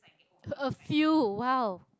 a few !wow!